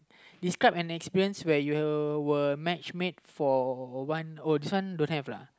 describe an experience where you were match make for one oh this one don't have lah